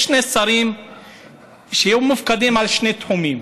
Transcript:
יש שני שרים שמופקדים על שני תחומים,